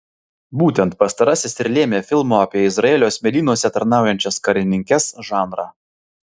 būtent pastarasis ir lėmė filmo apie izraelio smėlynuose tarnaujančias karininkes žanrą